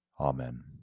Amen